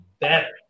better